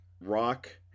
rock